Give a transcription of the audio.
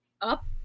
up